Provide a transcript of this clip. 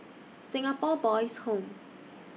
Singapore Boys' Home